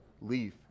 leaf